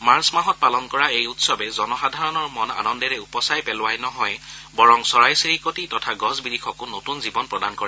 March মাহত পালন কৰা এই উৎসৱে জনসাধাৰণৰ মন আনন্দেৰে উপচাই পেলোৱাই নহয় বৰং চৰাই চিৰিকতি তথা গছ বিৰিখকো নতুন জীৱন প্ৰদান কৰে